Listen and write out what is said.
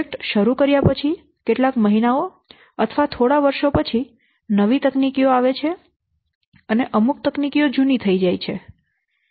project શરૂ કર્યા પછી કેટલાક મહિનાઓ અથવા થોડા વર્ષો પછી નવી તકનીકીઓ આવે છે અને અમુક તકનીકો જૂની થઇ જાય છે